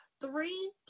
three